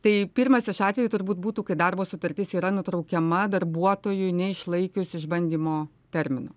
tai pirmas iš atvejų turbūt būtų kai darbo sutartis yra nutraukiama darbuotojui neišlaikius išbandymo termino